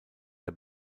der